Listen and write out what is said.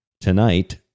tonight